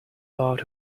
part